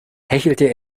hechelte